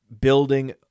building